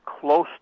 close